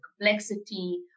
complexity